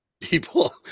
people